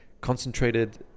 concentrated